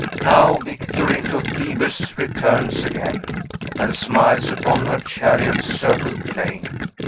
now victory to thebes returns again and smiles upon her chariot-circled plain.